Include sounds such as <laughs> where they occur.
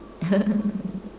<laughs>